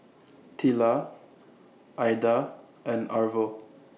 Tilla Aida and Arvo